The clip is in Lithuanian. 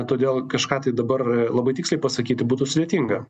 todėl kažką tai dabar labai tiksliai pasakyti būtų sudėtinga